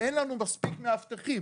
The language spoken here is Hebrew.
אין לנו מספיק מאבטחים.